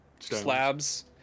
slabs